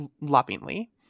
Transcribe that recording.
lovingly